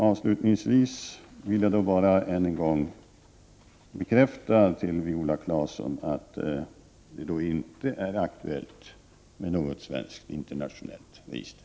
Avslutningsvis vill jag bara än en gång säga till Viola Claesson att det inte är aktuellt med något svenskt internationellt register.